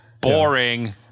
boring